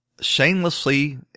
shamelessly